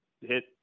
hit